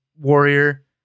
warrior